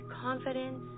confidence